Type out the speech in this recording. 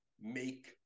make